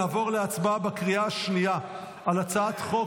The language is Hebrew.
נעבור להצבעה בקריאה השנייה על הצעת חוק